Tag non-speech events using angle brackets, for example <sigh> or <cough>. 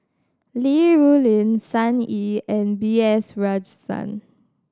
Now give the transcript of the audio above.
Li Rulin Sun Yee and B S <unintelligible>